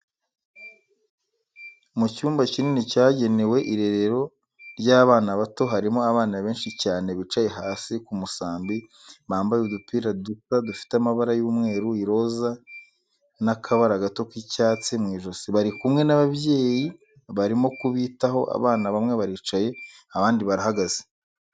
Mu cyumba kinini cyagenewe irerero ry'abana bato, harimo abana benshi cyane bicaye hasi ku musambi, bambaye udupira dusa dufite amabara y'umweru, iroza, n'akabara gato k'icyatsi mu ijosi, bari kumwe n'ababyeyi barimo kubitaho, abana bamwe baricaye abandi barahagaze.